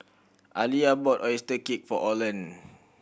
Aliyah bought oyster cake for Orland